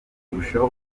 kurushaho